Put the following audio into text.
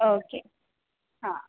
okay ಹಾಂ